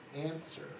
answer